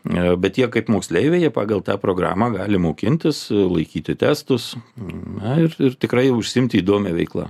ne bet jie kaip moksleiviai pagal tą programą gali mokintis laikyti testus na ir tikrai užsiimti įdomia veikla